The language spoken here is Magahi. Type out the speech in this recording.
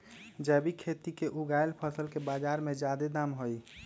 जैविक खेती से उगायल फसल के बाजार में जादे दाम हई